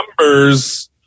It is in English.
numbers